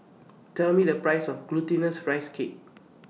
Tell Me The Price of Glutinous Rice Cake